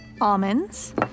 almonds